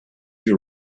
you